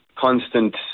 constant